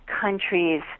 countries